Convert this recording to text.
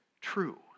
true